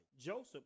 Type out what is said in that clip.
Joseph